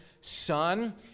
son